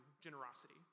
generosity